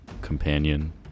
companion